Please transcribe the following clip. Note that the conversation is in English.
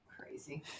Crazy